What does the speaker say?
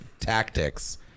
tactics